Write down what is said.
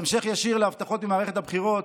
בהמשך ישיר להבטחות ממערכת הבחירות,